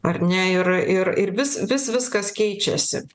ar ne ir ir ir vis vis viskas keičiasi